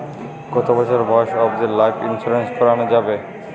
কতো বছর বয়স অব্দি লাইফ ইন্সুরেন্স করানো যাবে?